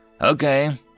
Okay